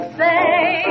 say